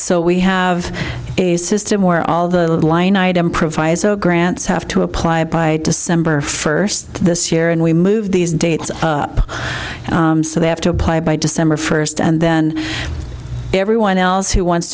so we have a system where all the line item proviso grants have to apply by december first this year and we move these dates up so they have to apply by december first and then everyone else who wants